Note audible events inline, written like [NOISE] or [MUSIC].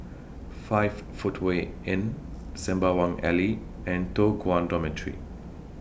[NOISE] five Footway [NOISE] Inn Sembawang Alley and Toh Guan Dormitory